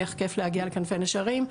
איך כיף להגיע לכנפי נשרים,